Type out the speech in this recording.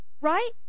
right